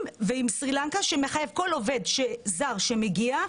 ועם סרי לנקה שמחייב כל עובד זר שמגיע,